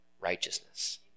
righteousness